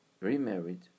remarried